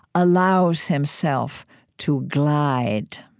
allows himself to glide.